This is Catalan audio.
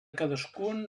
cadascun